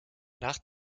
nach